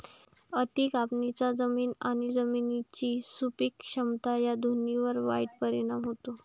अति कापणीचा जमीन आणि जमिनीची सुपीक क्षमता या दोन्हींवर वाईट परिणाम होतो